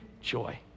joy